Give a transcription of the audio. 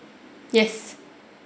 yes